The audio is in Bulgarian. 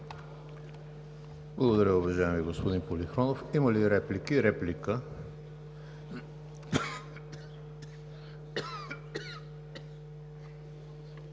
Благодаря, уважаеми господин Полихронов. Има ли реплики?